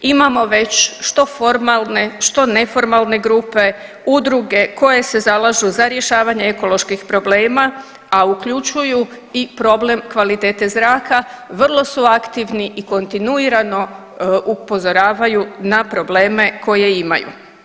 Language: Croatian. Imamo već što formalne, što neformalne grupe, udruge koje se zalažu za rješavanje ekoloških problema, a uključuju i problem kvalitete zraka, vrlo su aktivni i kontinuirano upozoravaju na probleme koje imaju.